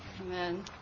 Amen